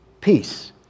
peace